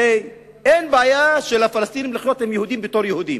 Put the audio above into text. הרי אין בעיה לפלסטינים לחיות עם יהודים בתור יהודים.